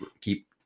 keep